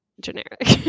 generic